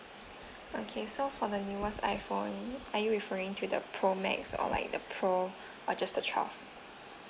okay so for the newest iPhone are you referring to that pro max or like the pro or just the twelve